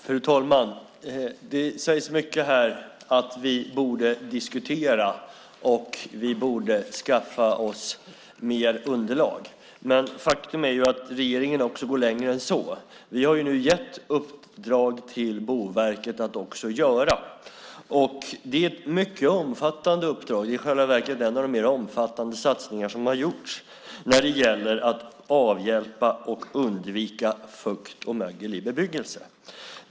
Fru talman! Det sägs mycket här om att vi borde diskutera och att vi borde skaffa oss mer underlag. Men faktum är att regeringen går längre än så. Vi har nu gett uppdrag till Boverket att också göra . Det är ett mycket omfattande uppdrag - i själva verket en av de mer omfattande satsningar som har gjorts när det gäller att avhjälpa och undvika fukt och mögel i bebyggelse.